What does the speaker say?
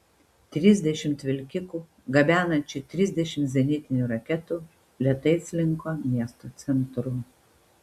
trisdešimt vilkikų gabenančių trisdešimt zenitinių raketų lėtai slinko miesto centru